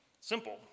simple